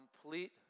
complete